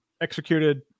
executed